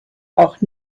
auch